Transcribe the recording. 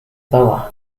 bawah